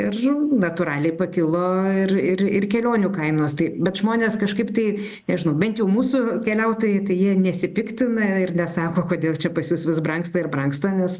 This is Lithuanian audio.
ir natūraliai pakilo ir ir ir kelionių kainos tai bet žmonės kažkaip tai nežinau bent jau mūsų keliautojai tai jie nesipiktina ir nesako kodėl čia pas jus vis brangsta ir brangsta nes